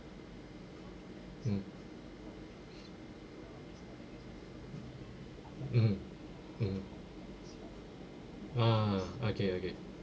mm mm mm ah okay okay